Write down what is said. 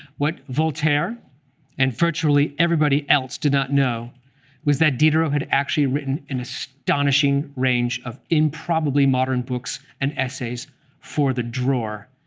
what voltaire and virtually everybody else did not know was that diderot had actually written an astonishing range of improbably modern books and essays for the drawer,